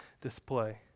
display